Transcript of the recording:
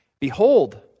Behold